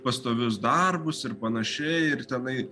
pastovius darbus ir panašiai ir tenai